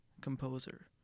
composer